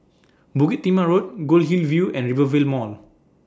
Bukit Timah Road Goldhill View and Rivervale Mall